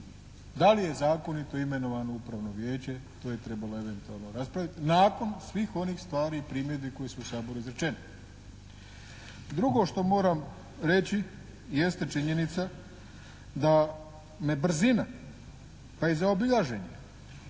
Da li je zakonito imenovano Upravno vijeće, to je trebalo eventualno raspraviti nakon svih onih stvari i primjedbi koje su u Saboru izrečene. Drugo što moram reći jeste činjenica da me brzina, pa i zaobilaženje